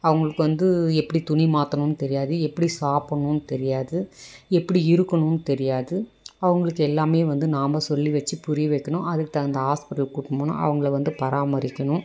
அவங்களுக்கு வந்து எப்படி துணி மாற்றணுன்னு தெரியாது எப்படி சாப்பிட்ணுன்னு தெரியாது எப்படி இருக்கணுன்னு தெரியாது அவங்களுக்கு எல்லாமே வந்து நாம் சொல்லி வச்சு புரிய வைக்கணும் அதுக்கு தகுந்த ஆஸ்பிட்டல் கூட்டினு போகணும் அவங்கள வந்து பராமரிக்கணும்